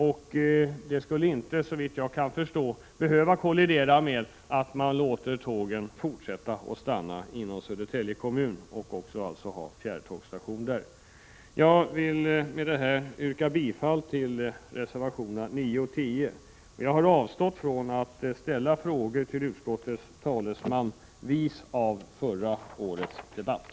Såvitt jag kan förstå skulle det inte behöva kollidera med att man låter tåget fortsätta att stanna i Södertälje kommun och ha en fjärrtågsstation även där. Jag vill med det sagda yrka bifall till reservationerna 9 och 10. Jag har avstått från att ställa några frågor till utskottets talesman, vis av förra årets debatt.